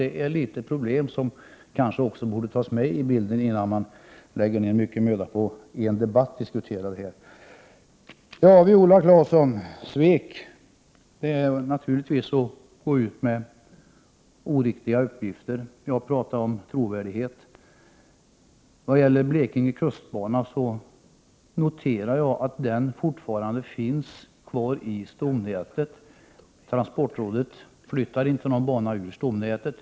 Det är alltså ett litet problem som bör tas med i bilden, innan man lägger ner mycken möda på att diskutera detta i en debatt. Ja, Viola Claesson, att tala om svek är naturligtvis att gå ut med oriktiga uppgifter. Jag talar om trovärdighet. Vad gäller Blekinge kustbana noterar jag att den fortfarande finns kvar i stomnätet. Transportrådet flyttar inte någon bana ur stomnätet.